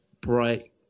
bright